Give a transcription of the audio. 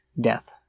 death